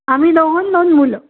आम्ही दोन दोन मुलं